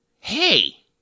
Hey